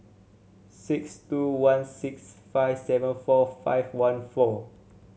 six two one six five seven four five one four